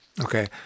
Okay